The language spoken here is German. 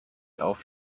auf